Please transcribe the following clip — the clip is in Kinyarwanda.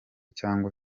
cyangwa